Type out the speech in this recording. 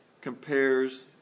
compares